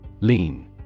Lean